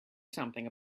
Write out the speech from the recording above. something